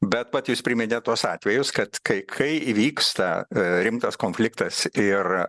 bet pat jūs priminėt tuos atvejus kad kai kai įvyksta rimtas konfliktas ir